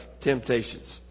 temptations